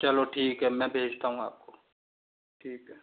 चलो ठीक है मैं भेजता हूँ आपको ठीक है